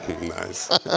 Nice